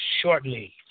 shortly